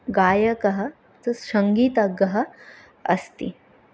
गायकः च सङ्गीतज्ञः अस्ति